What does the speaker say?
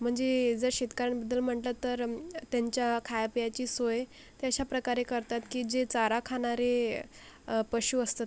म्हणजे जर शेतकऱ्यांबद्दल म्हटलं तर त्यांच्या खायप्यायची सोय ते अशाप्रकारे करतात की जे चारा खाणारे पशू असतात